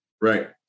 Right